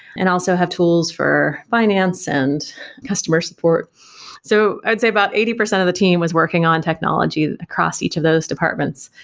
and also have tools for finance and customer support so i'd say about eighty percent of the team was working on technology across each of those departments.